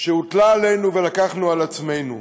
שהוטלה עלינו ולקחנו על עצמנו.